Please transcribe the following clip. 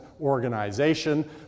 organization